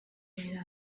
yari